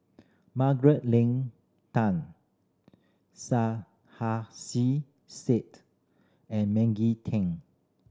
Margaret Leng Tan Said and Maggie Teng